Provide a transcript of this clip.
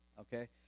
okay